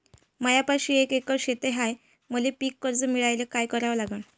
मायापाशी एक एकर शेत हाये, मले पीककर्ज मिळायले काय करावं लागन?